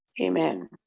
Amen